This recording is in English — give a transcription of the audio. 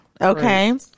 Okay